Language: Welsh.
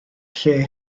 lle